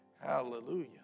Hallelujah